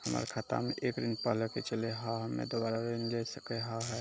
हमर खाता मे एक ऋण पहले के चले हाव हम्मे दोबारा ऋण ले सके हाव हे?